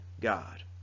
God